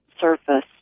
surface